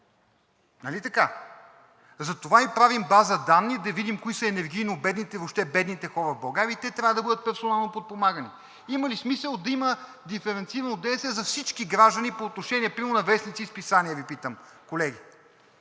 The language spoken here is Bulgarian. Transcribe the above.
Затова правим база данни, за да видим кои са енергийно бедните – въобще бедните хора в България, и те трябва да бъдат персонално подпомагани. Има ли смисъл да има диференцирано ДДС за всички граждани по отношение, примерно, на вестници и списания, Ви питам, колеги?